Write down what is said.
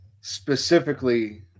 specifically